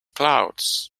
clouds